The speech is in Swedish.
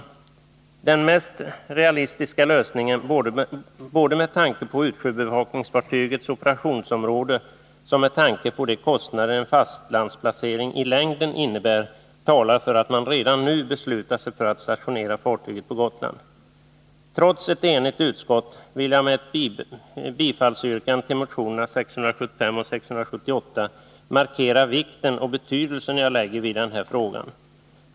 Den mest realistiska lösningen, både med tanke på utsjöbevakningsfartygets operationsområde och med tanke på de kostnader en fastlandsplacering i längden innebär, är att man redan nu beslutar sig för att stationera fartyget på Gotland. Trots ett enigt utskott vill jag med ett bifallsyrkande till motionerna 675 och 678 markera den vikt och betydelse jag lägger vid denna fråga.